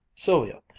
sylvia,